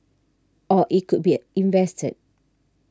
or it could be a invested